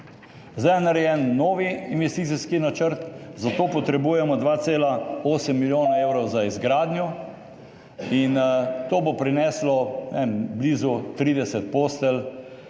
Zdaj je narejen nov investicijski načrt, za to potrebujemo 2,8 milijona evrov, za izgradnjo. To bo prineslo, ne vem, blizu 30 postelj.